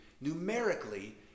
numerically